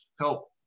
help